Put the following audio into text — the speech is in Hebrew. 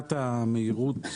שאלת המהירות,